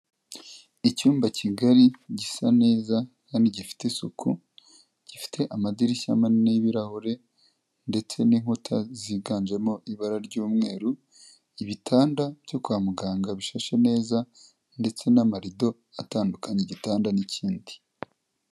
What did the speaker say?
Icyumba kigari gisa neza kandi gifite isuku, gifite amadirishya minini y'ibirahure ndetse n'inkuta ziganjemo ibara ry'umweru, ibitanda byo kwa muganga bishashe neza ndetse n'amarido atandukanya igitanda n'ikindi.